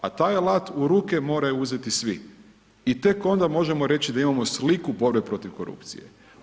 A taj alat u ruke moraju uzeti svi i tek onda možemo reći da imamo sliku borbe protiv korupcije.